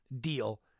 deal